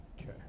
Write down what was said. Okay